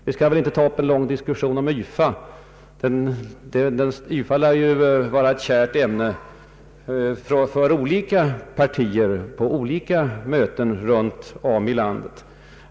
Vi skall väl inte ta upp en lång diskussion om YFA — det lär vara ett kärt ämne för olika partier på möten runt om i landet.